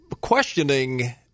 questioning